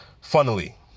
funnily